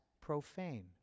profane